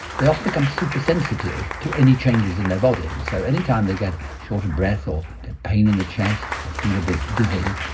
they often become supersensitive to any changes in their body. so any time they get short of breath or get pain in the chest or feel a bit dizzy,